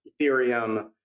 ethereum